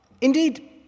Indeed